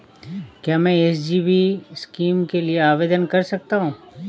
क्या मैं SGB scheme के लिए आवेदन कर सकता हूँ?